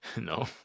No